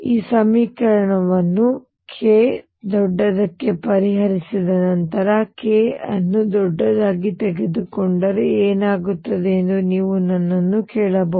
ಈ ಸಮೀಕರಣವನ್ನು k ದೊಡ್ಡದಕ್ಕೆ ಪರಿಹರಿಸಿದ ನಂತರ ನಾನು k ಅನ್ನು ದೊಡ್ಡದಾಗಿ ತೆಗೆದುಕೊಂಡರೆ ಏನಾಗುತ್ತದೆ ಎಂದು ನೀವು ನನ್ನನ್ನು ಕೇಳಬಹುದು